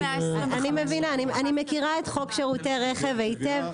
אני מכירה את חוק שירותי רכב היטב.